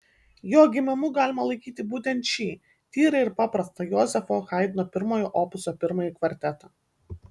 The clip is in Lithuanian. jo gimimu galima laikyti būtent šį tyrą ir paprastą jozefo haidno pirmojo opuso pirmąjį kvartetą